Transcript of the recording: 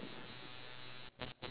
we need one more ya